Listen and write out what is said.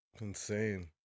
insane